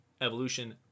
evolution